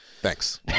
Thanks